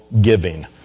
giving